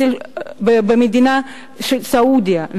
במדינת סעודיה,